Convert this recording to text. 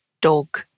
dog